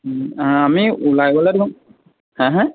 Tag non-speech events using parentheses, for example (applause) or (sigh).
(unintelligible) আমি ওলাই গ'লে তোমাক হা হা